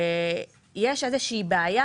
יש איזושהי בעיה,